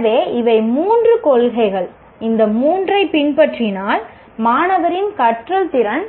எனவே இவை 3 கொள்கைகள் இந்த 3 ஐப் பின்பற்றினால் மாணவரின் கற்றல் தரம்